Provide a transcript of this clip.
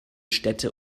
städte